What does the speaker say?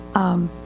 um,